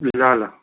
ल ल